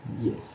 yes